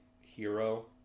hero